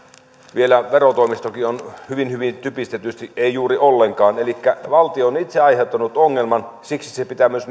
vielä verotoimistokin on siellä hyvin hyvin typistetysti ei juuri ollenkaan elikkä valtio on itse aiheuttanut ongelman siksi meidän valtion pitää se myös